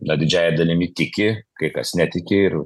na didžiąja dalimi tiki kai kas netiki ir